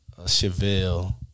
Chevelle